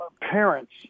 parents